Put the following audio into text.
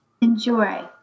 enjoy